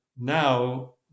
Now